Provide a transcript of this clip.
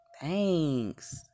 thanks